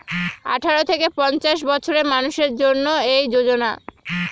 আঠারো থেকে পঞ্চাশ বছরের মানুষের জন্য এই যোজনা